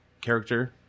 character